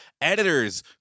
editors